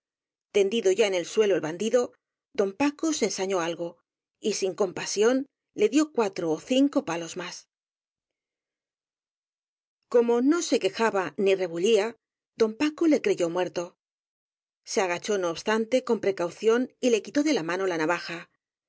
tendido ya en el suelo el bandido don paco se ensañó algo y sin compasión le dió cuatro ó cinco pa los más como no se quejaba ni rebullía don paco le creyó muerto se agachó no obstante con precau ción y le quitó de la mano la navaja